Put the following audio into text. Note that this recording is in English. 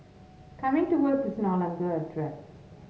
coming to work is no longer a drag